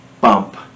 bump